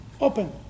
Open